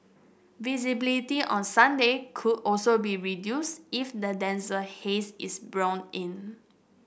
visibility on Sunday could also be reduced if the denser haze is blown in